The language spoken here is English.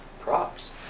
Props